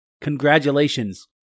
congratulations